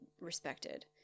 respected